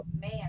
man